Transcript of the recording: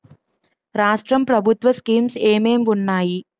రాష్ట్రం ప్రభుత్వ స్కీమ్స్ ఎం ఎం ఉన్నాయి?